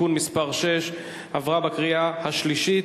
(תיקון מס' 6) עברה בקריאה שלישית.